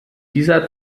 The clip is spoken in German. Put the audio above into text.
dieser